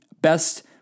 best